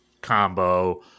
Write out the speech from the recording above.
combo